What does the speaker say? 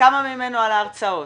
כמה ממנו על ההרצאות?